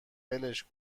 ولش